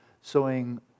sowing